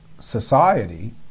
society